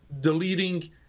deleting